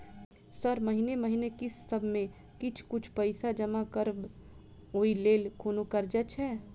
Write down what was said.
Sir महीने महीने किस्तसभ मे किछ कुछ पैसा जमा करब ओई लेल कोनो कर्जा छैय?